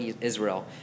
Israel